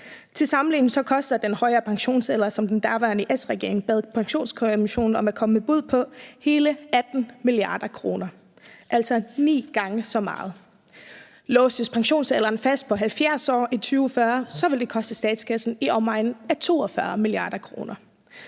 Til sammenligning koster den højere pensionsalder, som den daværende S-regering bad Pensionskommissionen om at komme med bud på, hele 18 mia. kr., altså ni gange så meget. Låses pensionsalderen fast på 70 år i 2040, vil det koste statskassen i omegnen af 42 mia. kr.